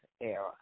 era